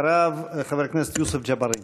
אחריו, חבר הכנסת יוסף ג'בארין.